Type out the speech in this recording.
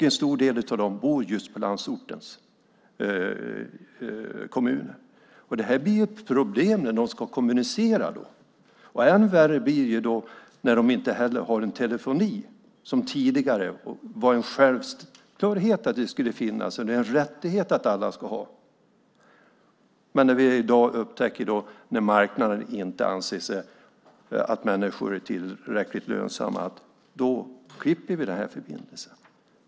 En stor del av dem bor just i landsortens kommuner. Det blir problem när de ska kommunicera. Än värre blir det när de inte heller har telefoni, vilket tidigare var en självklar rättighet för alla. Men när marknaden i dag anser att människor inte är tillräckligt lönsamma klipps förbindelsen.